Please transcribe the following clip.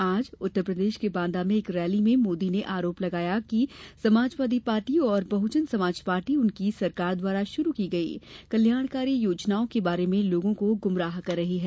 आज उत्तर प्रदेश के बांदा में एक रैली में मोदी ने आरोप लगाया कि समाजवादी पार्टी और बहुजन समाज पार्टी उनकी सरकार द्वारा शुरू की गई कल्याणकारी योजनाओं के बारे में लोगों को गुमराह कर रही हैं